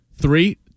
Three